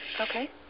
Okay